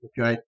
Okay